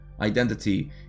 identity